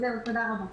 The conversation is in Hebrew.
זהו, תודה רבה.